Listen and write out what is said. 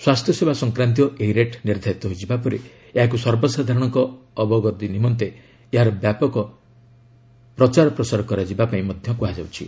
ସ୍ୱାସ୍ଥ୍ୟସେବା ସଂକ୍ରାନ୍ତୀୟ ଏହି ରେଟ୍ ନିର୍ଦ୍ଧାରିତ ହୋଇଯିବା ପରେ ଏହାକୁ ସର୍ବସାଧାରଣଙ୍କ ଅବଗତି ନିମନ୍ତେ ଏହାର ବ୍ୟାପକ ପ୍ରଚାର କରାଯିବାକୁ କୁହାଯାଇଛି